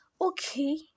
okay